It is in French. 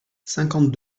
cinquante